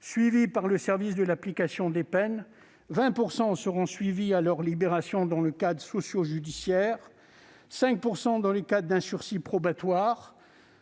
suivis par le service de l'application des peines, 20 % seront suivis à leur libération dans le cadre sociojudiciaire, et 5 % dans le cadre d'un sursis probatoire.